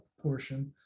portion